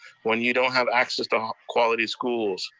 when you don't have access to um quality schools.